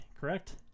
correct